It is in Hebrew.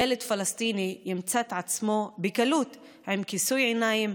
ילד פלסטיני ימצא את עצמו בקלות עם כיסוי עיניים,